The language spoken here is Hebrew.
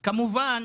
כמובן,